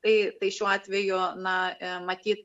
tai tai šiuo atveju na matyt